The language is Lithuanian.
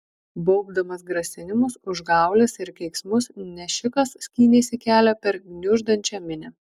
baubdamas grasinimus užgaules ir keiksmus nešikas skynėsi kelią per gniuždančią minią